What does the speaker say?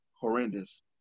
horrendous